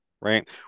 right